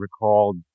recalled